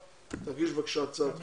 תגיש בבקשה הצעת חוק.